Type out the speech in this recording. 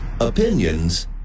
opinions